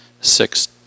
six